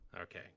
Okay